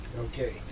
Okay